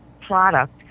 product